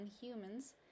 humans